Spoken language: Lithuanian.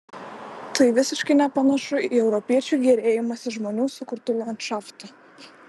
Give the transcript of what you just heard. tai visiškai nepanašu į europiečių gėrėjimąsi žmonių sukurtu landšaftu